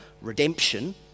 redemption